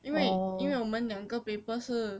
因为因为我们两个 paper 是